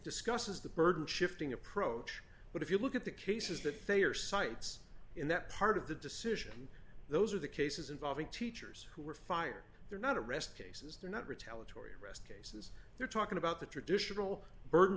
discusses the burden shifting approach but if you look at the cases that they are sites in that part of the decision those are the cases involving teachers who were fired they're not arrest cases they're not retell atory runs they're talking about the traditional burden